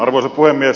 arvoisa puhemies